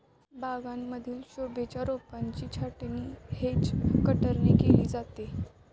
बागांमधील शोभेच्या रोपांची छाटणी हेज कटरने केली जाते